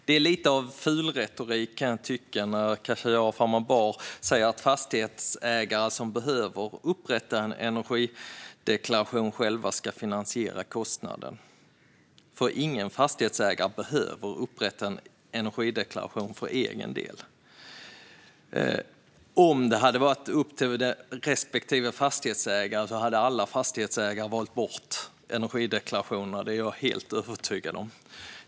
Det blir lite fulretorik, kan jag tycka, när Khashayar Farmanbar säger att fastighetsägare som behöver upprätta en energideklaration själva ska finansiera kostnaden, för ingen fastighetsägare behöver upprätta en energideklaration för egen del. Om det hade varit upp till respektive fastighetsägare hade alla valt bort energideklarationer - det är jag helt övertygad om.